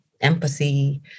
empathy